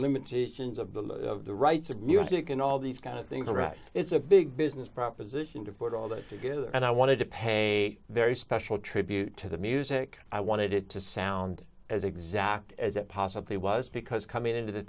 limitations of the law the rights of music and all these kind of things all right it's a big business proposition to put all this together and i wanted to pay a very special tribute to the music i wanted it to sound as exact as it possibly was because coming into the